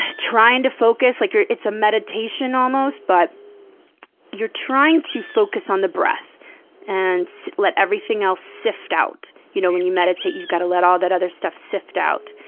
trying to focus. like, you're it's a meditation almost, but you're trying to focus on the breath and let everything else sift out. you know when you meditate, you've gotta let all that other stuff sift out.